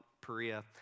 Perea